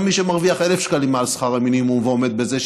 גם מי שמרוויח 1,000 שקלים מעל שכר המינימום ועומד בזה,